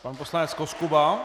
Pan poslanec Koskuba.